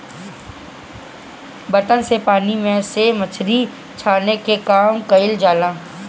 बर्तन से पानी में से मछरी छाने के काम कईल जाला